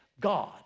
God